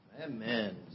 Amen